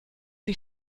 die